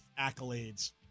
accolades